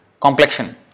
complexion